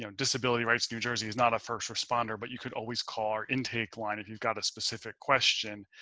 you know disability rights, new jersey is not a first responder, but you could always call our intake line. if you've got a specific question.